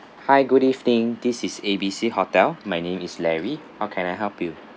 hi good evening this is A B C hotel my name is larry how can I help you